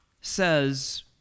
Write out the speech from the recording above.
says